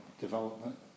development